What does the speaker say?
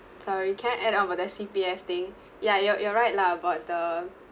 sorry can I add about the C_P_F thing ya ya you're you're right lah about the